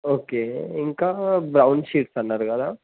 okay ఇంకా brown sheets అన్నారు కదా